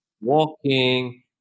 Walking